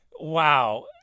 wow